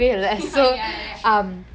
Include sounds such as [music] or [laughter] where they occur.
[laughs] ya ya ya